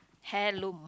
heirloom